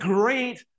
great